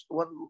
one